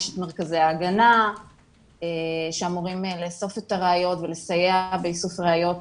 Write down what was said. יש את מרכזי ההגנה שאמורים לאסוף את הראיות ולסייע באיסוף ראיות